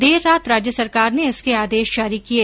देर रात राज्य सरकार ने इसके आदेश जारी किये